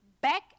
back